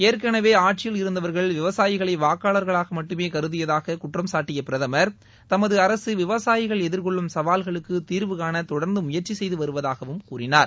ஏற்கனவே ஆட்சியில் இருந்தவர்கள் விவசாயிகளை வாக்காளர்களாக மட்டுமே கருதியதாக குற்றம் சாட்டிய பிரதமர் தமது அரசு விவசாயிகள் எதிர்கொள்ளும் சவால்களுக்கு தீர்வு காண தொடர்ந்து முயற்சி செய்து வருவதாகவும் கூறினார்